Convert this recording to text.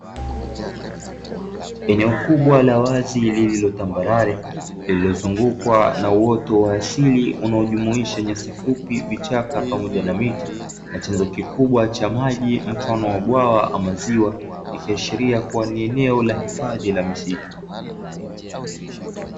Eneo kubwa la wazi lililo tambarare, lililozungukwa na uoto wa asili unaojumuisha nyasi fupi, vichaka pamoja na miti. Chanzo kikubwa cha maji mfano wa bwawa ama ziwa, ikiashiria kuwa ni eneo la hifadhi la misitu.